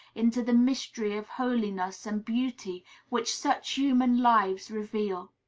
into the mystery of holiness and beauty which such human lives reveal.